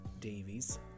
Davies